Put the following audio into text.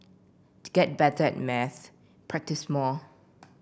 to get better at maths practise more